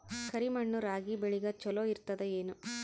ಕರಿ ಮಣ್ಣು ರಾಗಿ ಬೇಳಿಗ ಚಲೋ ಇರ್ತದ ಏನು?